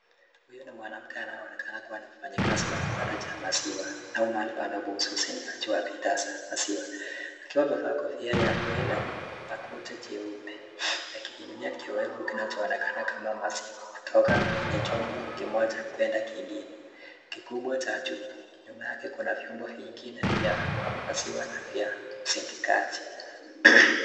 Huyu ni mwanamke anaonekana ni mfanyikazi wa kiwanda ya maziwa, mahali wanapouza uzindikaji wa bidhaa za maziwa akiwa amevaa kofia ya nywele na koti jeupe na kipimio kirefu kirefu kinachoonekana kama ya maziwa kutoka kwenye chombo kimoja kwenda kingine kikubwa cha juu, nyuma yake kuna vyombo ingine vya maziwa na uzindikaji.